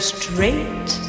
straight